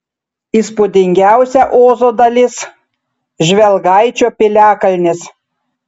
įspūdingiausia ozo dalis žvelgaičio piliakalnis